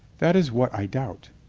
that is what i doubt.